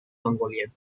mongolian